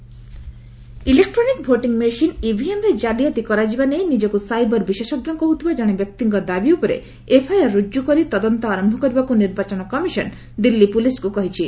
ECI EVMs electronic voting machine EVM ରେ କାଲିଆତି କରାଯିବା ନେଇ ନିଜକୁ ସାଇବର ବିଶେଷଜ୍ଞ କହୁଥିବା ଜଣେ ବ୍ୟକ୍ତିଙ୍କ ଦାବି ଉପରେ ଏଫ୍ଆଇଆର୍ ରୁଜୁ କରି ତଦନ୍ତ ଆରମ୍ଭ କରିବାକୁ ନିର୍ବାଚନ କମିଶନ୍ ଦିଲ୍ଲୀ ପୁଲିସ୍କୁ କହିଛି